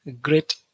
great